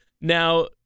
Now